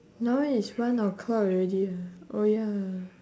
now is one o'clock already eh oh ya